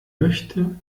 möchte